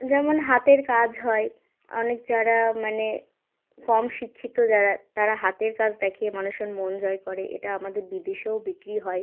যেমন হাতের কাজ হয় অনেক যারা মানে কম শিক্ষিত যারা তারা হাতের কাজ দেখিয়ে মানুষের মন জয় করে এটা আমাদের বিদেশেও বিক্রি হয়